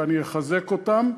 ואני אחזק אותם.